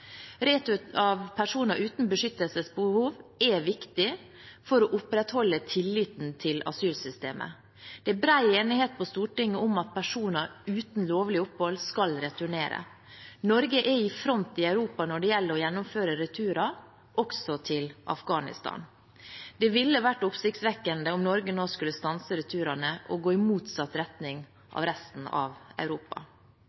av personer uten beskyttelsesbehov er viktig for å opprettholde tilliten til asylsystemet. Det er bred enighet på Stortinget om at personer uten lovlig opphold skal returnere. Norge er i front i Europa når det gjelder å gjennomføre returer, også til Afghanistan. Det ville ha vært oppsiktsvekkende om Norge nå skulle stanse returene og gå i motsatt retning